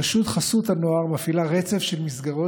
רשות חסות הנוער מפעילה רצף של מסגרות